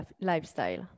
lifestyle